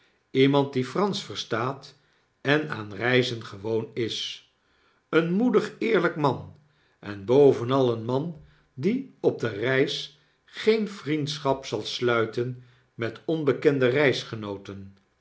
iemand die fransch verstaat en aan reizengewoon is een moedig eerlyk man en bovenal een man die op de reis geen vriendschap zal sluiten met onbekende